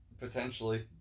Potentially